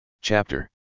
Chapter